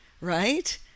right